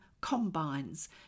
combines